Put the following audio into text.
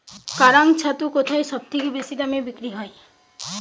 কাড়াং ছাতু কোথায় সবথেকে বেশি দামে বিক্রি হয়?